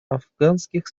афганских